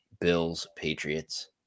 Bills-Patriots